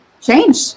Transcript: change